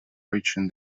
reaching